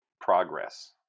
progress